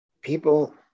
people